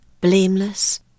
blameless